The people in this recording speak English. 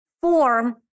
form